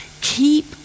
Keep